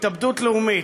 התאבדות לאומית.